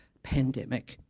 pandemic,